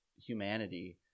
humanity